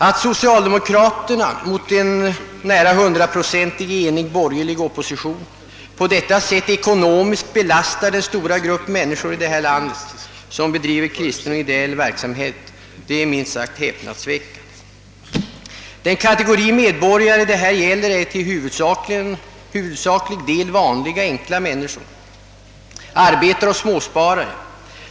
Att socialdemokraterna mot en nära hundraprocentigt enig borgerlig opposition på det sättet ekonomiskt belastar den stora grupp människor i detta land som bedriver kristen och ideell verksamhet är minst sagt häpnadsväckande. Den kategori medborgare det här gäller består till huvudsaklig del av vanliga, enkla människor — arbetare och småsparare.